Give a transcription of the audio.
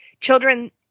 children